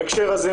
בהקשר הזה,